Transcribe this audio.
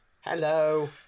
Hello